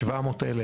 700,000,